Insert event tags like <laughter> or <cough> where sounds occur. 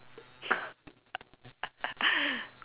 <laughs>